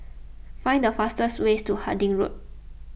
find the fastest ways to Harding Road